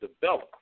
developed